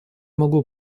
могу